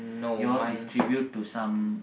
yours is tribute to some